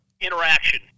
interaction